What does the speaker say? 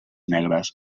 negres